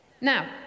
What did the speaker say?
Now